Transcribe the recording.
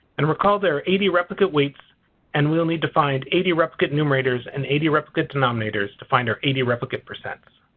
and recall there are eighty replicate weights and we'll need to find eighty replicate numerators and eighty replicate denominators to find our eighty replicate percents.